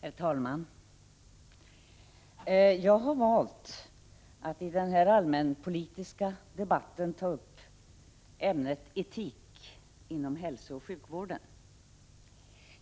Herr talman! Jag har valt att i den här allmänpolitiska debatten ta upp ämnet etik inom hälsooch sjukvården.